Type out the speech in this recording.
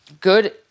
good